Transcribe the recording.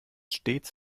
stets